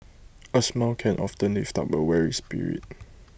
A smile can often lift up A weary spirit